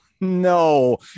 No